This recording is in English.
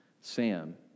Sam